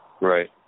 Right